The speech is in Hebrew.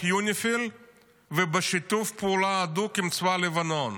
יוניפי"ל ובשיתוף פעולה הדוק עם צבא לבנון.